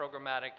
programmatic